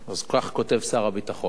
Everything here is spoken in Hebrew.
אז כך כותב שר הביטחון: